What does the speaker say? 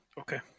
Okay